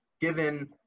given